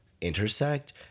intersect